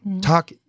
talk